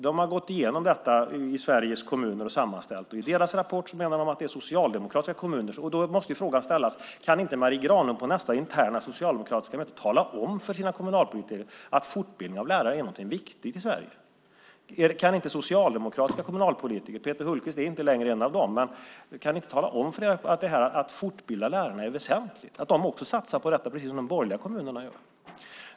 De har gått igenom detta i Sveriges kommuner och sammanställt det. I rapporten menar de att det är socialdemokratiska kommuner. Då måste frågan ställas: Kan inte Marie Granlund på nästa interna socialdemokratiska möte tala om för sina kommunalpolitiker att fortbildning av lärare är någonting viktigt i Sverige? Kan ni inte tala om för socialdemokratiska kommunalpolitiker - Peter Hultqvist är inte längre en av dem - att det är väsentligt med fortbildning av lärare, så att de också satsar på detta precis som man gör i de borgerliga kommunerna?